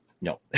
no